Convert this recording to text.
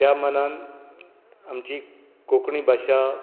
त्या मनांन आमची कोंकणी भाशा